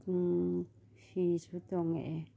ꯍꯤꯁꯨ ꯇꯣꯡꯉꯛꯑꯦ